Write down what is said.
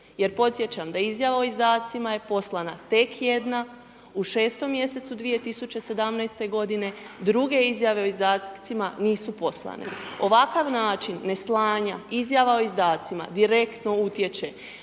jer podsjećam da izjava o izdacima je poslana tek jedna u 6. mjesecu 2017. godine, druge izjave o izdacima nisu poslane. Ovakav način neslanja izjava o izdacima direktno utječe